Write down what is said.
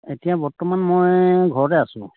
এতিয়া বৰ্তমান মই ঘৰতে আছোঁ